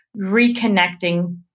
reconnecting